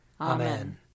Amen